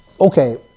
okay